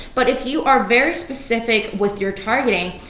but if you are very specific with your targeting,